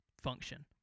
function